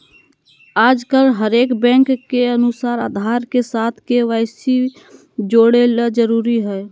आजकल हरेक बैंक के अनुसार आधार के साथ के.वाई.सी जोड़े ल जरूरी हय